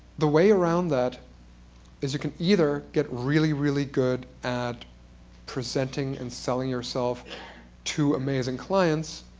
the way around that is you can either get really, really good at presenting and selling yourself to amazing clients